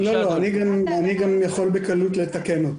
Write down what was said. אני גם יכול בקלות לתקן.